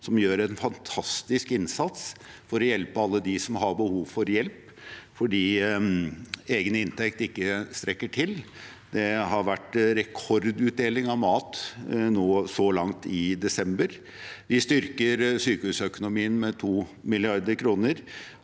som gjør en fantastisk innsats for å hjelpe alle dem som har behov for hjelp fordi egen inntekt ikke strekker til. Det har vært rekordutdeling av mat så langt i desember. Vi styrker også sykehusøkonomien med 2 mrd. kr,